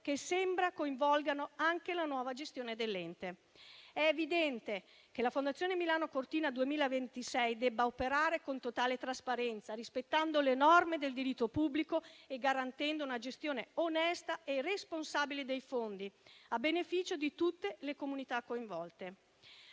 che sembra coinvolgano anche la nuova gestione dell'ente. È evidente che la Fondazione Milano-Cortina 2026 debba operare con totale trasparenza, rispettando le norme del diritto pubblico e garantendo una gestione onesta e responsabile dei fondi, a beneficio di tutte le comunità coinvolte.